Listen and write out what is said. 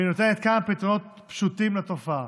והיא נותנת כמה פתרונות פשוטים לתופעה: